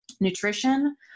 nutrition